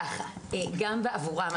וארבע שבע,